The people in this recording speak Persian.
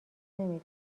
نمی